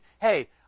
hey